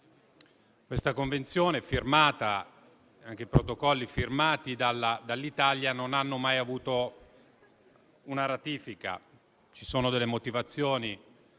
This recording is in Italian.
La convenzione e i protocolli firmati dall'Italia non hanno mai avuto una ratifica, e ci sono delle motivazioni.